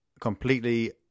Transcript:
Completely